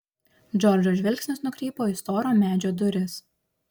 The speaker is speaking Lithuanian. džordžo žvilgsnis nukrypo į storo medžio duris